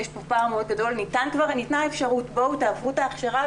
יש פה פער מאוד גדול כי ניתנה אפשרות לעבור הכשרה,